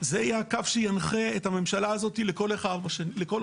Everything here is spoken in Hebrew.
זה יהיה הקו שינחה את הממשלה הזאת לכל אורך הארבע שנים,